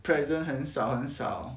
present 很少很少